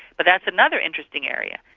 but that's another interesting area.